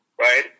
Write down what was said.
right